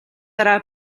дараа